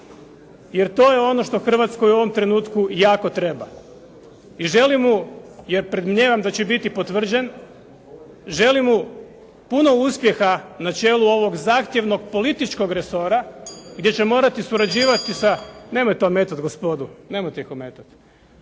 jer to je ono što Hrvatskoj u ovom trenutku jako treba. I želim mu, jer predmnijevam da će biti potvrđen, želim mu puno uspjeha na čelu ovog zahtjevnog političkog resora gdje će morati surađivati sa, nemojte ometati gospodu. Nemojte ih ometati.